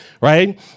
right